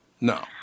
No